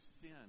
sin